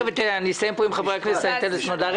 אסיים עם חברי הכנסת ואתן רשות דיבור לסמדר.